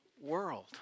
world